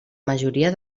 majoria